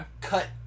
cut